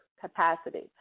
capacity